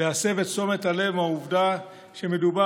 להסב את תשומת הלב מהעובדה שמדובר